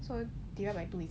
so divide by two is